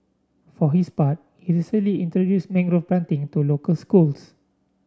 for his part he recently introduced mangrove planting to local schools